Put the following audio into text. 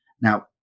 Now